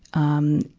um,